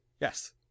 Yes